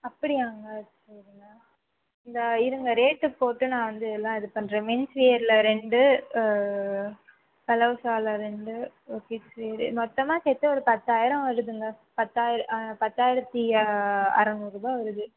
அப்படியாங்க சரிங்க இந்தா இருங்க ரேட்டு போட்டு நான் வந்து எல்லாம் இது பண்ணுறேன் மென்ஸ் வியரில் ரெண்டு பலோஸாவில ரெண்டு கிட்ஸ் வியர் மொத்தமாக சேர்த்து ஒரு பத்தாயிரம் வருதுங்க பத்தாயிரம் பத்தாயரத்து அறநூறுபா வருது